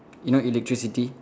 you know electricity